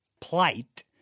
plight